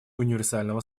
универсального